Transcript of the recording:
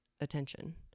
attention